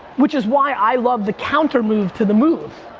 which is why i love the counter move to the move.